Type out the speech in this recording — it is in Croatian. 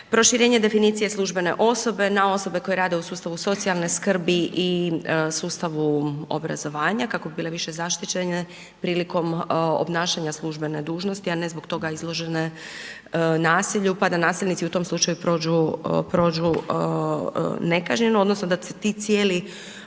proširenje definicije službene osobe na osobe koje rade u sustavu socijalne skrbi i sustavu obrazovanja kako bi bile više zaštićene prilikom obnašanja službene dužnosti, a ne zbog toga izložene nasilju, pa da nasilnici u tom slučaju prođu, prođu nekažnjeno odnosno da su ti cijeli